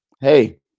Hey